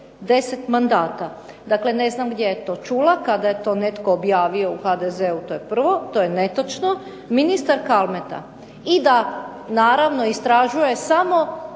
10 mandata. Dakle, ne znam gdje je to čula, kada je netko objavio u HDZ-u, to je prvo. To je netočno. Ministar Kalmeta i da naravno istražuje samo